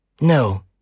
No